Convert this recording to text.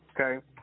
Okay